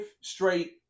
straight